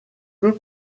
peu